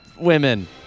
women